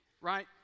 right